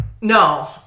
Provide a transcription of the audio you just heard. No